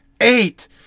Eight